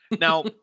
Now